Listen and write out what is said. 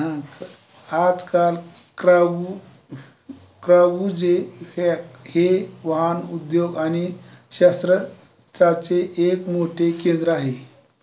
हां आजकाल क्रागु क्रागुजेव्हॅक हे वाहन उद्योग आणि शस्त्रात्राचे एक मोठे केंद्र आहे